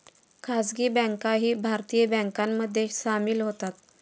खासगी बँकाही भारतीय बँकांमध्ये सामील होतात